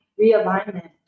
realignment